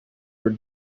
were